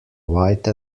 white